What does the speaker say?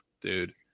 dude